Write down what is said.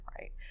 right